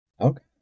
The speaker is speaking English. Okay